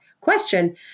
question